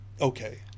Okay